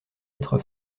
être